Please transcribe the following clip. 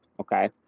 okay